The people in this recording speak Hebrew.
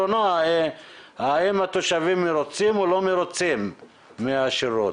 האם התושבים מרוצים או לא מרוצים מהשירות?